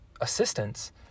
assistance